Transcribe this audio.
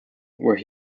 where